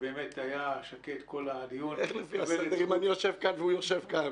שהיה שקט כל הדיון --- איך לפי הסדר אם אני יושב כאן והוא יושב שם?